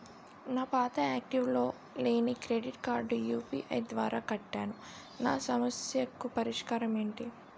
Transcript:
నా పాత యాక్టివ్ లో లేని క్రెడిట్ కార్డుకు యు.పి.ఐ ద్వారా కట్టాను నా సమస్యకు పరిష్కారం ఎంటి?